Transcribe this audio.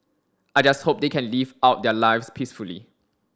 I just hope they can live out their lives peacefully